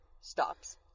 stops